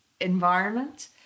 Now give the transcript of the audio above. environment